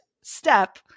step